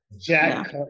Jack